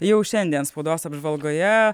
jau šiandien spaudos apžvalgoje